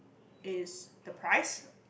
it's the price